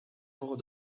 ports